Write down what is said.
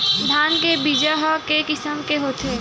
धान के बीजा ह के किसम के होथे?